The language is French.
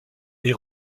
est